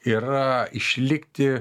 yra išlikti